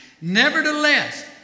Nevertheless